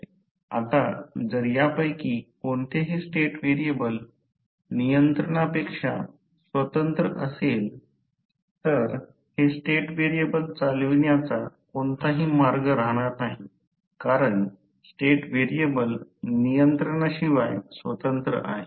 आता जर यापैकी कोणतेही स्टेट व्हेरिएबल नियंत्रणापेक्षा स्वतंत्र असेल तर हे स्टेट व्हेरिएबल चालविण्याचा कोणताही मार्ग राहणार नाही कारण स्टेट व्हेरिएबल नियंत्रणाशिवाय स्वतंत्र आहे